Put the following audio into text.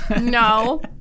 No